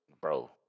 bro